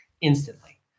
instantly